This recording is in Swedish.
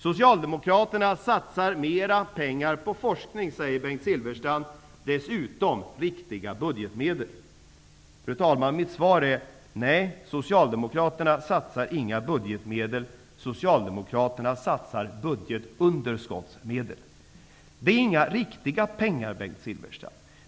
Socialdemokraterna satsar mer pengar på forskning, sade Bengt Silfverstrand, dessutom riktiga budgetmedel. Mitt svar är: Nej, socialdemokraterna satsar inga budgetmedel. Socialdemokraterna satsar budgetunderskottsmedel. Det är inga riktiga pengar, Bengt Silverstrand.